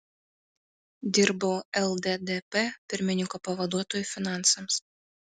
dirbau lddp pirmininko pavaduotoju finansams